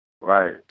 Right